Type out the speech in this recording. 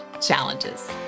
challenges